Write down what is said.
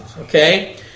Okay